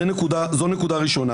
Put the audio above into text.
זה נקודה ראשונה.